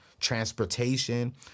transportation